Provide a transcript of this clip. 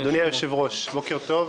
אדוני היושב-ראש, בוקר טוב.